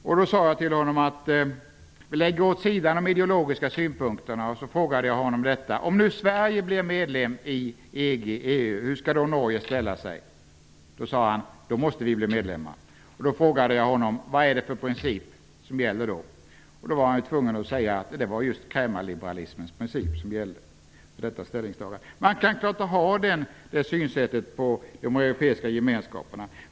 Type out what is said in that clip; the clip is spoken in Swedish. Jag sade åt honom att lägga de ideologiska principerna åt sidan och frågade honom sedan hur Norge skulle ställa sig om Sverige blev medlem i EU. Då sade han att Norge måste bli medlem. Jag frågade honom vad det var för princip som då skulle gälla. Då var han tvungen att säga att det var just krämarliberalismens princip som gällde för detta ställningstagande. Man kanske kan ha det synsättet på de europeiska gemenskaperna.